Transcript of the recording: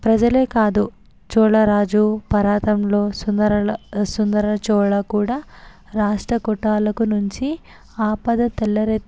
ప్రజలే కాదు చోళరాజు పరాతంలో సుందరళ సుందరచోళా కూడా రాష్ట్రకూటలకు నుంచి ఆపద తలెరెత్